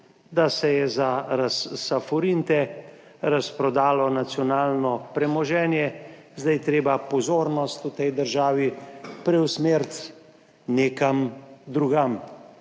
da se je za forinte razprodalo nacionalno premoženje. Zdaj je treba pozornost v tej državi preusmeriti nekam drugam.